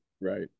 right